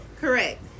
Correct